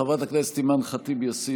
חברת הכנסת אימאן ח'טיב יאסין,